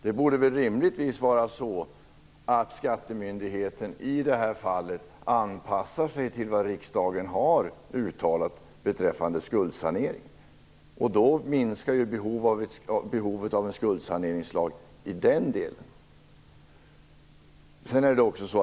Det borde väl rimligtvis vara så, att skattemyndigheten i detta fall anpassar sig till vad riksdagen har uttalat beträffande skuldsanering. Då minskar behovet av en skuldsaneringslag i den delen.